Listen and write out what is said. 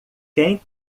quem